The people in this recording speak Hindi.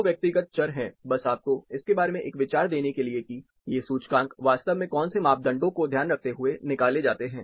दो व्यक्तिगत चर है बस आपको इसके बारे में एक विचार देने के लिए कि ये सूचकांक वास्तव में कौन से मापदंडों को ध्यान में रखते हुए निकाले जाते हैं